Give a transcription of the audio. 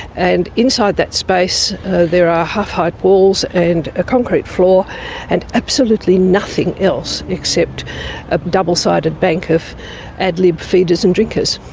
and inside that space there are half-height walls and a concrete floor and absolutely nothing else except a double-sided bank of adlib feeders and drinkers.